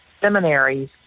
seminaries